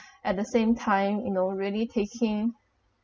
at the same time you know really taking